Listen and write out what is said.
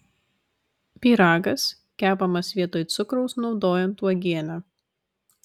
pyragas kepamas vietoj cukraus naudojant uogienę